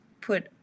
put